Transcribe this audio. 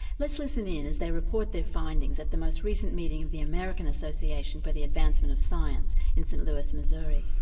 let's listen in as they report their findings at the most recent meeting of the american association for the advancement of science in st louis, missouri.